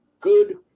Good